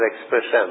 expression